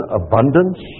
abundance